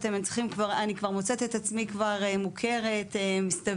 אני כבר מוצאת את עצמי כבר מוכרת מסתבר,